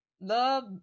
love